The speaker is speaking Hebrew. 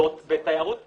בתיירות פנים,